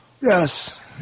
Yes